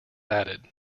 added